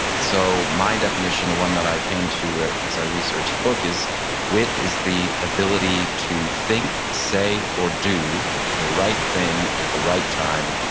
so my definition, the one that i came to as i researched the book is wit is the ability to think, say, or do the right thing, at the right time,